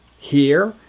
here,